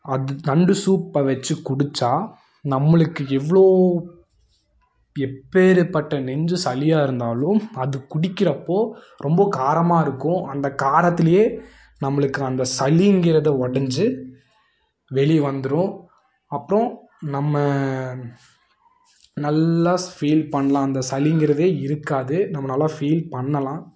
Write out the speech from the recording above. அது நண்டு சூப்பை வச்சி குடிச்சால் நம்மளுக்கு எவ்வளோ எப்பேர்ப்பட்ட நெஞ்சு சளியாக இருந்தாலும் அது குடிக்கிறப்போ ரொம்ப காரமாக இருக்கும் அந்த காரத்திலேயே நம்மளுக்கு அந்த சளிங்கிறது உடஞ்சு வெளியே வந்திரும் அப்புறோம் நம்ம நல்லா ஸ் ஃபீல் பண்ணலாம் அந்த சளிங்கிறதே இருக்காது நம்ம நல்லா ஃபீல் பண்ணலாம்